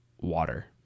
water